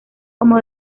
como